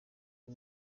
bwo